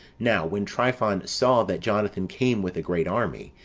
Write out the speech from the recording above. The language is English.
now when tryphon saw that jonathan came with a great army,